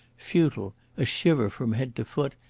futile a shiver from head to foot,